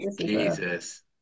Jesus